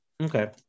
Okay